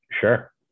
Sure